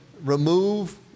remove